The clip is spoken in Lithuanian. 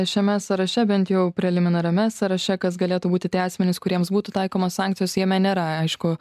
šiame sąraše bent jau preliminariame sąraše kas galėtų būti tie asmenys kuriems būtų taikomos sankcijos jame nėra aišku